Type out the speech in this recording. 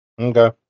Okay